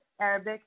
Arabic